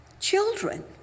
children